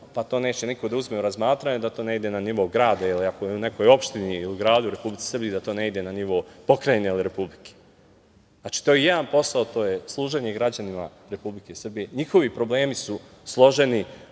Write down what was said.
pa to neće niko da uzme u razmatranje, da to ne ide na nivo grada ili ako je u nekoj opštini ili u gradu u Republici Srbiji da to ne ide na nivo Pokrajine ili Republike. To je jedan posao, to je služenje građanima Republike Srbije. Njihovi problemi su složeni